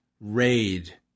Raid